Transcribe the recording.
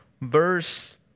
verse